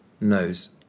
knows